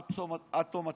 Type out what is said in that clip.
עד תום התקופה,